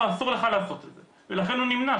'אסור לך לעשות את זה' ולכן הוא נמנע,